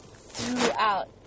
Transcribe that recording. throughout